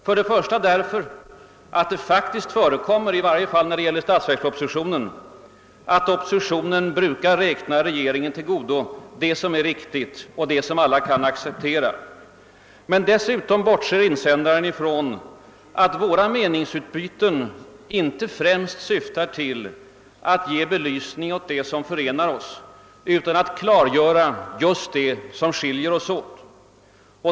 Först och främst därför att det faktiskt förekommer — i varje fall då det gäller statsverkspropositionen — att oppositionen räknar regeringen till godo det som är riktigt och som alla kan acceptera. Men dessutom bortser insändaren från att våra meningsutbyten inte främst syftar till att ge belysning åt det som förenar oss, utan att klargöra vad som skiljer oss åt.